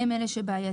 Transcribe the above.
הם אלה שבעייתיים,